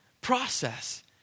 process